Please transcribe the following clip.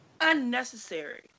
unnecessary